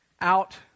out